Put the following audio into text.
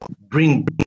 bring